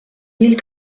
mille